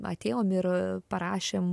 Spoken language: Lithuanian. atėjom ir parašėm